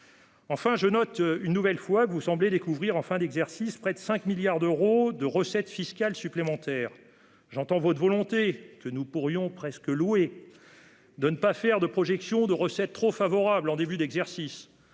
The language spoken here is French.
Enfin, je note une nouvelle fois, monsieur le ministre, que vous semblez découvrir en fin d'exercice près de 5 milliards d'euros de recettes fiscales supplémentaires. J'entends votre volonté, que nous pourrions presque louer, de ne pas faire de projections de recettes trop favorables en début d'exercice